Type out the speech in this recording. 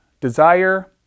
desire